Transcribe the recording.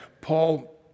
Paul